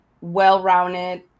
well-rounded